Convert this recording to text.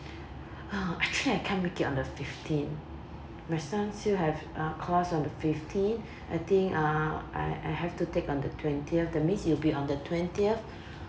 oh actually I can't make on the fifteenth my son still have uh class on the fifteenth I think ah I I have to take on the twentieth that means it will be on the twentieth